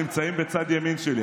עכשיו אומנם אתם נמצאים בצד ימין שלי,